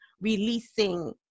releasing